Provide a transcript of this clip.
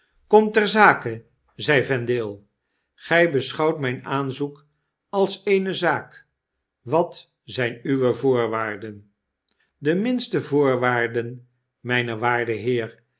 kom ter zake zeide vendale gij beschouwt mjjn aanzoek als eene z a a k wat zjjn uwe voorwaarden de minste voorwaarden mgn waarde heer